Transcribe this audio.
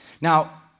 Now